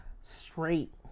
Straight